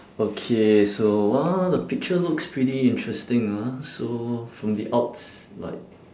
okay so !wah! the picture looks pretty interesting ah so from the outs like